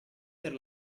per